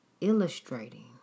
illustrating